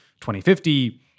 2050